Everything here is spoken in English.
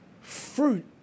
fruit